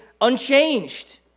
unchanged